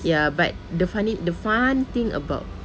ya but the funny the fun thing about